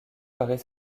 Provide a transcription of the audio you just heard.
paraît